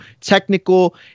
technical